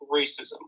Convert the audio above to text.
racism